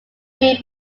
green